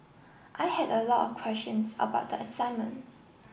I had a lot of questions about the assignment